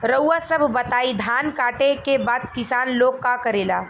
रउआ सभ बताई धान कांटेके बाद किसान लोग का करेला?